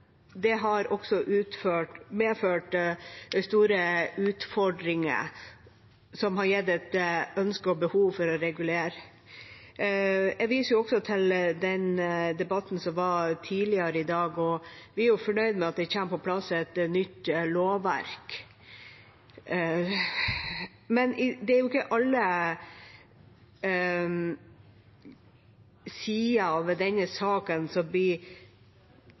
det har også medført store utfordringer som har gitt et ønske om og et behov for å regulere. Jeg viser også til den debatten som var tidligere i dag, og vi er fornøyd med at det kommer på plass et nytt lovverk. Men det er ikke alle sider ved denne saken som blir